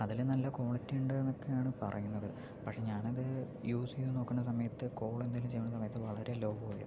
അതിൽ നല്ല ക്വാളിറ്റി ഉണ്ട് എന്നൊക്കെയാണ് പറയുന്നത് പക്ഷെ ഞാനത് യൂസ് ചെയ്ത് നോക്കുന്ന സമയത്തു കോൾ എന്തേലും ചെയ്യണ സമയത്ത് വളരെ ലോ വോളിയം